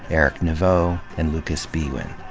eric neveux, and lucas biewen.